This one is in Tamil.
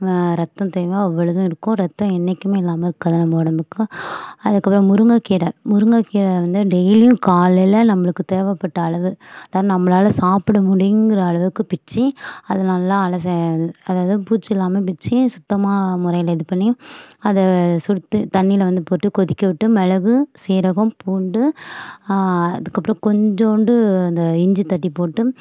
ரத்தம் தேவை அவ்வளவும் இருக்கும் ரத்தம் என்றைக்குமே இல்லாமல் இருக்காது நம்ம உடம்புக்கு அதுக்கப்புறம் முருங்கைக் கீரை முருங்கைக் கீரை வந்து டெய்லியும் காலையில் நம்மளுக்குத் தேவைப்பட்ட அளவு அதான் நம்மளால் சாப்பிட முடியும்ங்கிற அளவுக்கு பிய்ச்சி அதை நல்லா அலசி அதாவது பூச்சி இல்லாமல் பிய்ச்சி சுத்தமான முறையில் இது பண்ணி அதை சுடுத் தண்ணியில் வந்து போட்டு கொதிக்கவிட்டு மிளகு சீரகம் பூண்டு அதுக்கப்புறம் கொஞ்சோண்டு இந்த இஞ்சி தட்டிப் போட்டு